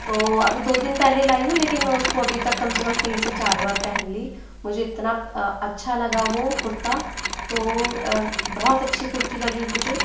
तो अभी दो दिन पहले लाई हूँ लेकिन उसको अभी तक कम से कम तीन से चार बार पहन ली मुझे इतना अच्छा लगा वो कुर्ता तो बहुत अच्छी कुर्ती लगी मुझे